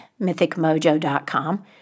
mythicmojo.com